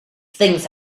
things